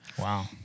Wow